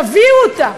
תביאו אותה,